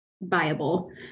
viable